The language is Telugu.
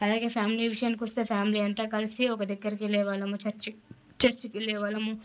అలాగే ఫ్యామిలీ విషయానికి వస్తే ఫ్యామిలీ అంతా కలిసి ఒక దగ్గరికి వెళ్లే వాళ్ళం చర్చికి చర్చికి వెళ్లే వాళ్ళము